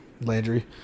Landry